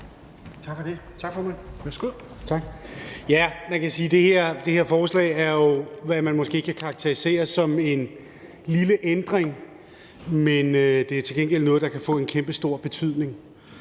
Tak for det,